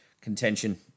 contention